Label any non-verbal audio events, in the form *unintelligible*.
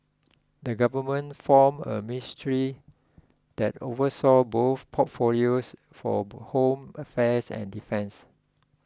the government form a ministry that oversaw both portfolios for *unintelligible* home affairs and defence